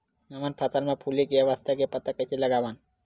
हमन फसल मा फुले के अवस्था के पता कइसे लगावन?